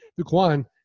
Duquan